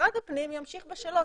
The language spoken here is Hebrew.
משרד הפנים ימשיך בשלו,